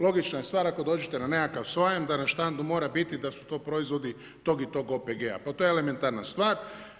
Logična je stvar ako dođete na nekakav sajam da na štandu mora biti da su to proizvodi tog i tog OPG-a, to je elementarna stvar.